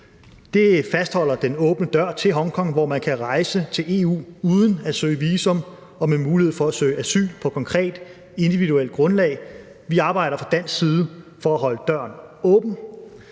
Det fastholder den åbne dør til Hongkong, hvor man kan rejse til EU uden at søge visum og med mulighed for at søge asyl på konkret individuelt grundlag. Vi arbejder fra dansk side for at holde døren åben.